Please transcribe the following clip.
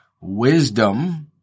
wisdom